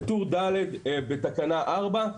בטור ד' בתקנה 4,